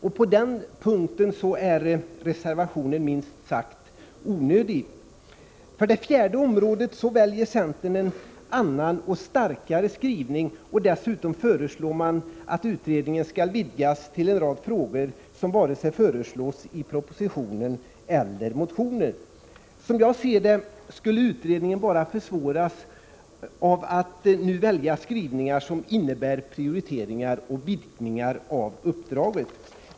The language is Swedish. I de avseendena är reservationen minst sagt onödig. För det fjärde området väljer centern en annan och starkare skrivning. Dessutom föreslår man att utredningen skall vidgas till en rad frågor som inte har tagits upp i vare sig propositionen eller motionen. Som jag ser det skulle utredningen bara försvåras av att man nu godkänner skrivningar som innebär prioriteringar och vidgningar av uppdraget.